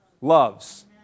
loves